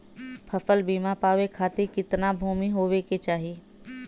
फ़सल बीमा पावे खाती कितना भूमि होवे के चाही?